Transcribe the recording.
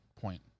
point